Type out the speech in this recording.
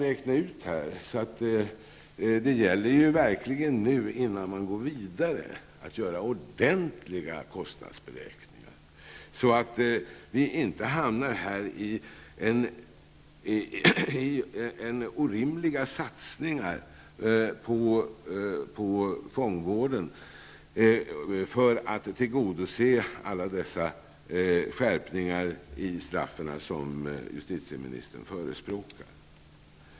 Därför gäller det nu verkligen, innan man går vidare, att göra ordentliga kostnadsberäkningar, så att man inte gör orimliga satsningar på fångvården för att tillgodose alla dessa skärpningar av straffen som justitieministern förespråkar.